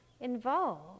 involved